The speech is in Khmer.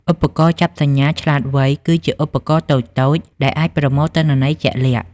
ឧបករណ៍ចាប់សញ្ញាឆ្លាតវៃគឺជាឧបករណ៍តូចៗដែលអាចប្រមូលទិន្នន័យជាក់លាក់។